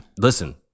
Listen